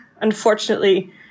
Unfortunately